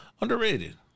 Underrated